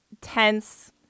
tense